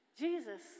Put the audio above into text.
Jesus